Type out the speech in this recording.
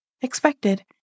expected